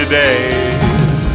days